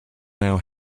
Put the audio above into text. now